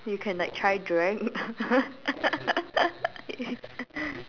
you can like try drag ya